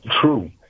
True